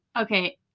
Okay